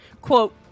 Quote